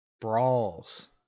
brawls